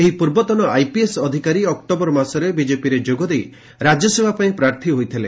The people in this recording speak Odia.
ଏହି ପୂର୍ବତନ ଆଇପିଏସ୍ ଅଧିକାରୀ ଅକ୍ଟୋବର ମାସରେ ବିକେପିରେ ଯୋଗ ଦେଇ ରାଜ୍ୟସଭା ପାଇଁ ପ୍ରାର୍ଥୀ ହୋଇଥିଲେ